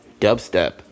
Dubstep